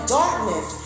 darkness